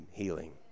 healing